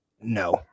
No